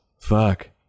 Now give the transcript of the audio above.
fuck